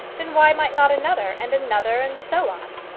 then why might not another, and another, and so on?